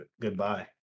Goodbye